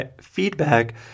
feedback